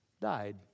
died